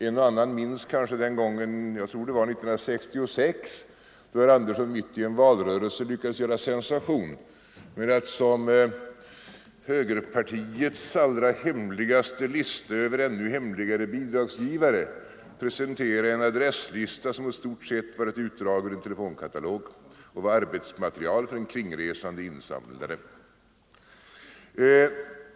En och annan minns kanske den gången — jag tror att det var 1966 —- då herr Andersson mitt i en valrörelse lyckades göra sensation med att som högerpartiets allra hemligaste lista över ännu hemligare bidragsgivare presentera en adresslista som i stort sett var ett utdrag ur en telefonkatalog och som var arbetsmaterial för en kringresande insamlare.